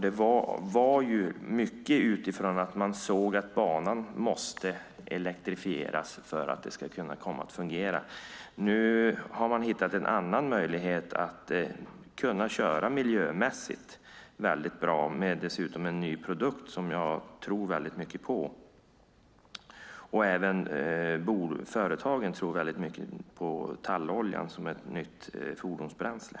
Det var mycket utifrån att man såg att banan måste elektrifieras för att det ska kunna komma att fungera. Nu har man hittat en annan möjlighet att köra miljömässigt bra, dessutom med en ny produkt som jag tror väldigt mycket på. Även företagen tror väldigt mycket på talloljan som ett nytt fordonsbränsle.